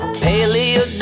paleo